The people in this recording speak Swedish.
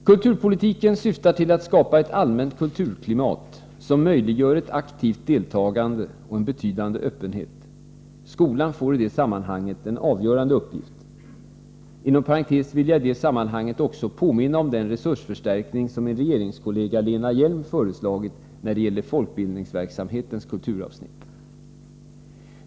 Kulturpolitiken syftar till att skapa ett allmänt kulturklimat, som möjliggör ett aktivt deltagande och en betydande öppenhet. Skolan får i detta sammanhang en avgörande uppgift. Inom parentes vill jag i sammanhanget också påminna om den resursförstärkning som min regeringskollega Lena Hjelm-Wallén har föreslagit när det gäller folkbildningsverksamhetens kulturavsnitt.